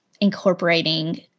incorporating